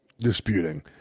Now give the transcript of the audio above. disputing